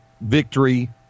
Victory